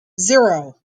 zero